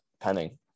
Penning